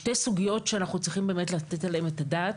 ישנן שתי סוגיות שאנחנו צריכים לתת עליהן את הדעת: